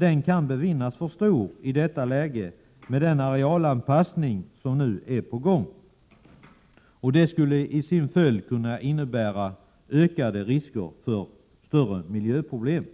Den kan befinnas för stor i detta läge, med den arealanpassning som är på gång, vilket i sin tur skulle kunna innebära ökade risker för större miljöproblem.